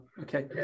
okay